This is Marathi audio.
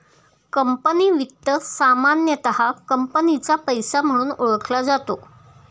कंपनी वित्त सामान्यतः कंपनीचा पैसा म्हणून ओळखला जातो